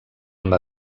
amb